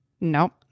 Nope